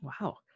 Wow